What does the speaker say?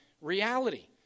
reality